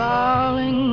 Darling